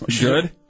Good